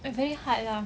I very hard lah